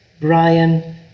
Brian